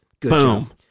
Boom